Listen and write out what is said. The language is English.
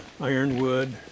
ironwood